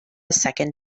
second